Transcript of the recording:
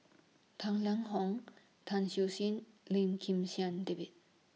Tang Lang Hong Tang Siew Sin Lim Kim San David